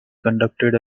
conducted